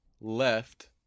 left